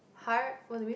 what do mean